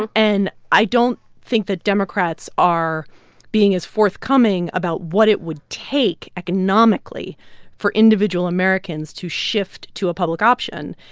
and and i don't think that democrats are being as forthcoming about what it would take economically for individual americans to shift to a public option.